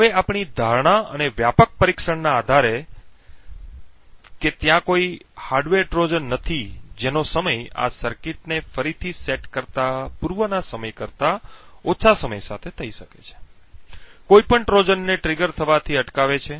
હવે આપણી ધારણા અને વ્યાપક પરીક્ષણના આધારે કે ત્યાં કોઈ હાર્ડવેર ટ્રોજન નથી જેનો સમય આ સર્કિટને ફરીથી સેટ કરતા પૂર્વના સમય કરતા ઓછા સમય સાથે થઈ શકે છે કોઈપણ ટ્રોજનને ટ્રિગર થવાથી અટકાવે છે